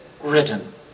written